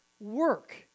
work